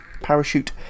parachute